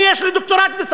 אני, יש לי דוקטורט בסמים.